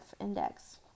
index